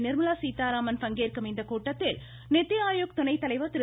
நிர்மலா சீத்தாராமன் பங்கேற்கும் இந்த கூட்டத்தில் நித்தி ஆயோக் துணைத்தலைவர் திரு